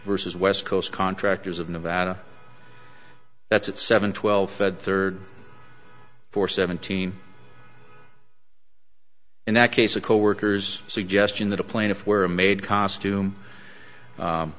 versus west coast contractors of nevada that's at seven twelve fed third for seventeen in that case a co worker's suggestion that a plaintiff where made costume